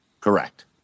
Correct